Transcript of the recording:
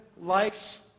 likes